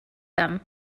him